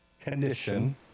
condition